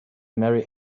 marry